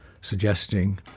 suggesting